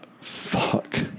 fuck